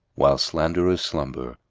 while slanderers slumber,